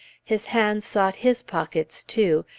his hands sought his pockets, too,